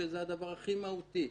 שזה הדבר הכי מהותי.